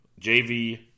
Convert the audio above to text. JV